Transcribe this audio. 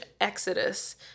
exodus